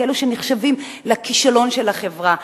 כאלה שנחשבים לכישלון של החברה.